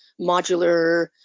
modular